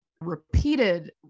repeated